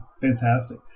fantastic